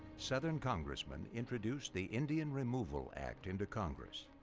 southern congressman introduced the indian removal act into congress.